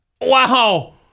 Wow